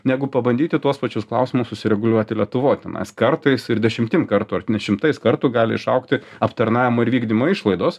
negu pabandyti tuos pačius klausimus susireguliuoti lietuvoj tenais kartais ir dešimtim kartų šimtais kartų gali išaugti aptarnavimo ir vykdymo išlaidos